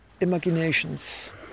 imaginations